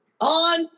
On